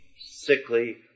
sickly